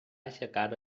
aixecar